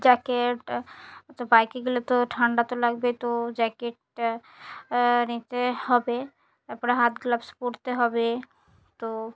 jacket তো বাইকে গেলে তো ঠান্ডা তো লাগবে তো জ্যাকেট নিতে হবে তার পরে হাত গ্লাভস পরতে হবে তো